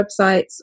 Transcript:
websites